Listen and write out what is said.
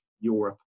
Europe